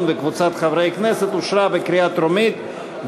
וקבוצת חברי הכנסת אושרה בקריאה טרומית,